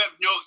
no